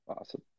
Awesome